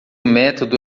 método